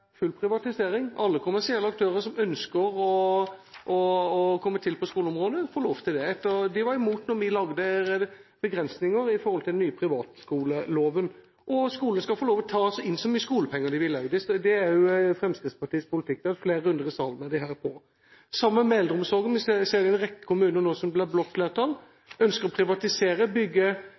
full privatisering. Alle kommersielle aktører som ønsker å komme til på skoleområdet, får lov til det. De var imot da vi lagde begrensinger i den nye privatskoleloven. Skolene skal få lov til å ta inn så mye skolepenger de vil – det er også Fremskrittspartiets politikk, det har vært flere runder om det også her i salen. Det samme med eldreomsorgen: Vi ser en rekke kommuner med blått flertall som ønsker å privatisere og bygge